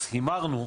אז הימרנו,